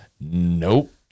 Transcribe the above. Nope